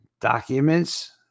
documents